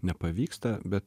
nepavyksta bet